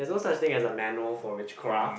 there's no such thing as a manual for witchcraft